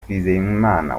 twizeyimana